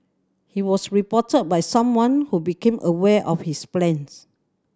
he was reported by someone who became aware of his plans